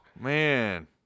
Man